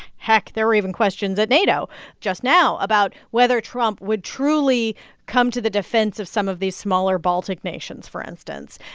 heck, there were even questions at nato just now about whether trump would truly come to the defense of some of these smaller baltic nations, for instance.